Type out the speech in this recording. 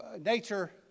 Nature